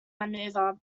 maneuver